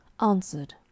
Answered